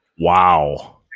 Wow